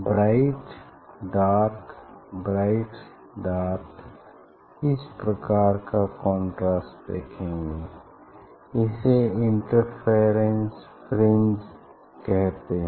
bright dark bright dark इस प्रकार का कंट्रास्ट देखेंगे इसे इंटरफेरेंस फ्रिंज कहते हैं